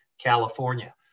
California